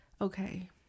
okay